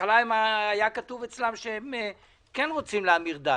בהתחלה היה כתוב אצלן שהן כן רוצות להמיר דת,